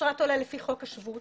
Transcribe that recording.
אשרת עולה לפי חוק השבות